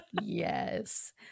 Yes